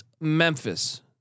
Memphis